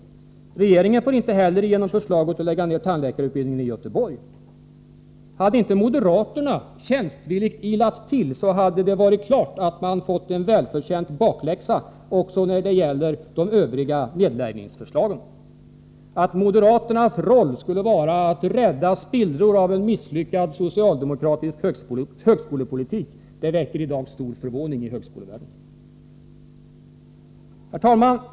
Regeringen får inte heller igenom förslaget att lägga ned tandläkarutbildningen i Göteborg. Hade inte moderaterna tjänstvilligt ilat till, så hade det varit klart att man fått en välförtjänt bakläxa också när det gäller de övriga nedläggningsförslagen. Att moderaternas roll skulle vara att rädda spillror av en misslyckad socialdemokratisk högskolepolitik väcker i dag stor förvåning i högskolevärlden. Herr talman!